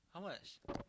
how much